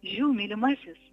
žiū mylimasis